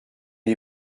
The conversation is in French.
une